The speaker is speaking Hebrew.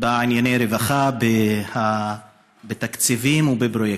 בנושאי הרווחה, בתקציבים ובפרויקטים.